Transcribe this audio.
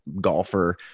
golfer